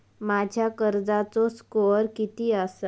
माझ्या कर्जाचो स्कोअर किती आसा?